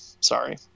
sorry